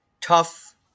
tough